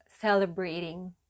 celebrating